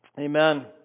Amen